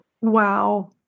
Wow